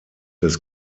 des